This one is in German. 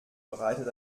bereitet